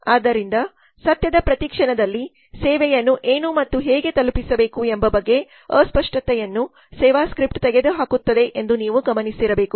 ಆದ್ದರಿಂದ ಸತ್ಯದ ಪ್ರತಿ ಕ್ಷಣದಲ್ಲಿ ಸೇವೆಯನ್ನು ಏನು ಮತ್ತು ಹೇಗೆ ತಲುಪಿಸಬೇಕು ಎಂಬ ಬಗ್ಗೆ ಅಸ್ಪಷ್ಟತೆಯನ್ನು ಸೇವಾ ಸ್ಕ್ರಿಪ್ಟ್ ತೆಗೆದುಹಾಕುತ್ತದೆ ಎಂದು ನೀವು ಗಮನಿಸಿರಬೇಕು